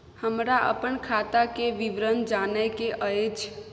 हमरा अपन खाता के विवरण जानय के अएछ?